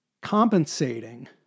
compensating